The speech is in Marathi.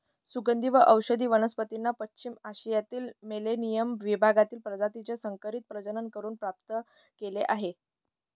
सुगंधी व औषधी वनस्पतींना पश्चिम आशियातील मेलेनियम विभागातील प्रजातीचे संकरित प्रजनन करून प्राप्त केले जाते